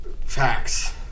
Facts